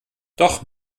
doch